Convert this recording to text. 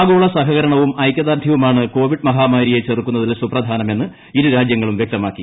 ആഗോള സഹകരണവും ഐകൃദാർഢ്യവുമാണ് കോവിഡ് മഹാമാരിയെ ചെറുക്കുന്നതിൽ സുപ്രധാനമെന്ന് ഇരുരാജ്യങ്ങളും വ്യക്തമാക്കി